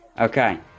Okay